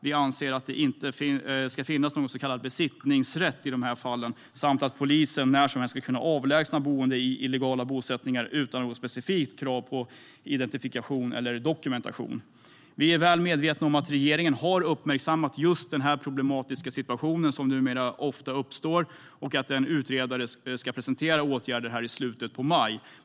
Vi anser att det inte ska finnas någon så kallad besittningsrätt i dessa fall samt att polisen när som helst ska kunna avlägsna boende i illegala bosättningar utan något specifikt krav på identifikation eller dokumentation. Vi är väl medvetna om att regeringen har uppmärksammat just den här problematiska situationen, som numera ofta uppstår, och att en utredare ska presentera åtgärder i slutet av maj.